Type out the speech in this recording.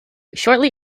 shortly